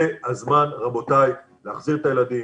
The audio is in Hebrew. זה הזמן, רבותיי, להחזיר את הילדים.